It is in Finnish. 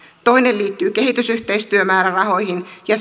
toinen liittyy kehitysyhteistyömäärärahoihin ja